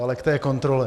Ale k té kontrole.